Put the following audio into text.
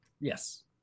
yes